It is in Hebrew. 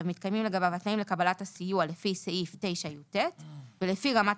מתקיימים לגביו התנאים לקבלת הסיוע לפי סעיף 9יט ולפי רמת